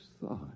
thought